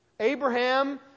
Abraham